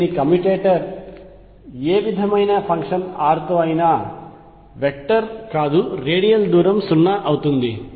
దాని కమ్యుటేటర్ ఏ విధమైన ఫంక్షన్ r తో అయినా r వెక్టర్ కాదు రేడియల్ దూరం 0 అవుతుంది